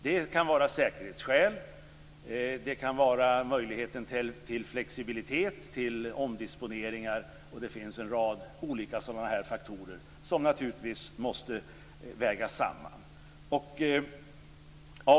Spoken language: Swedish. Det kan vara säkerhetsskäl, möjligheten till flexibilitet, omdisponeringar och en rad andra faktorer som måste vägas samman.